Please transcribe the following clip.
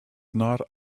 not